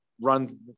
run